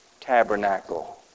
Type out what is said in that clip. Tabernacle